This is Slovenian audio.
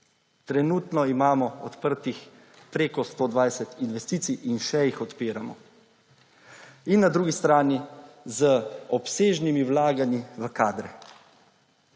Trenutno imamo odprtih preko 120 investicij in še jih odpiramo. In na drugi strani z obsežnimi vlaganji v kadre,